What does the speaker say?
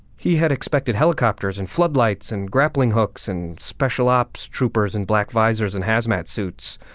he had expected helicopters and floodlights and grappling hooks and special ops troopers and black visors and hazmat suits,